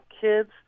kids